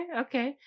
okay